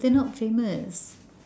they're not famous